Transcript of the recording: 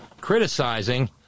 criticizing